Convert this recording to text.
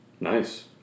Nice